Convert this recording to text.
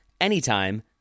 anytime